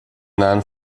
non